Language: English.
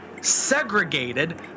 segregated